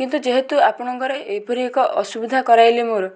କିନ୍ତୁ ଯେହେତୁ ଆପଣଙ୍କର ଏହିପରି ଏକ ଅସୁବିଧା କରାଇଲେ ମୋର